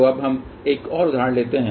तो अब हम एक और उदाहरण लेते हैं